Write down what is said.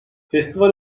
festival